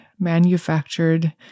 manufactured